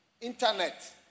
internet